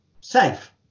safe